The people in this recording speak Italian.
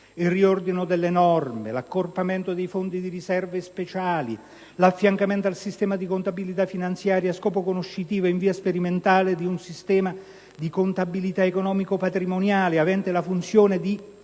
il riordino delle norme; l'accorpamento dei fondi di riserva e speciali; l'affiancamento al sistema di contabilità finanziaria, a scopo conoscitivo e in via sperimentale, di un sistema di contabilità economico-patrimoniale avente la funzione di verificare